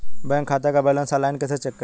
Bank खाते का balance online कैसे चेक करें?